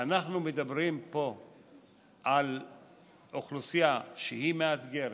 כשאנחנו מדברים פה על אוכלוסייה מאתגרת,